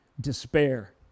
Despair